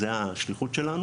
זו השליחות שלנו.